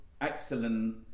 excellent